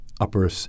upper